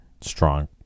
strong